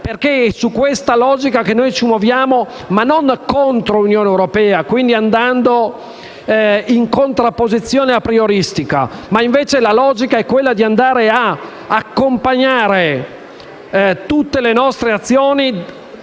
perché è in questa logica che noi ci muoviamo, e non contro l'Unione europea, andando in contrapposizione aprioristica. La logica è quella di accompagnare tutte le nostre azioni